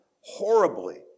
horribly